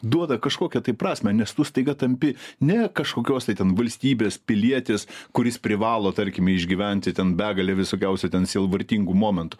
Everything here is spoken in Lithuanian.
duoda kažkokią prasmę nes tu staiga tampi ne kažkokios tai ten valstybės pilietis kuris privalo tarkime išgyventi ten begalę visokiausių ten sielvartingų momentų